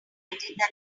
management